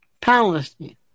Palestine